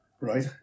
Right